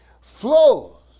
flows